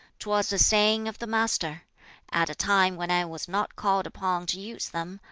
twas a saying of the master at a time when i was not called upon to use them,